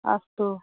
अस्तु